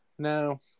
No